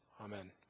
Amen